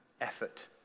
effort